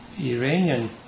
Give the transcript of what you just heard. Iranian